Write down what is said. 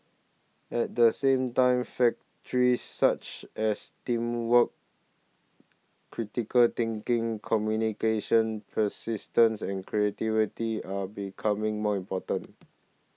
at the same time factors such as teamwork critical thinking communication persistence and creativity are becoming more important